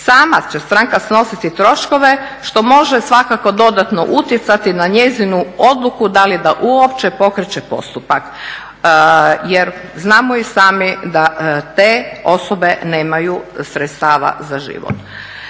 sama će stranka snositi troškove što može svakako dodatno utjecati na njezinu odluku da li da uopće pokreće postupak jer znamo i sami da te osobe nemaju sredstava za život.